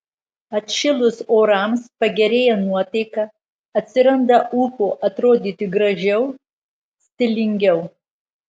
atšilus orams pagerėja nuotaika atsiranda ūpo atrodyti gražiau stilingiau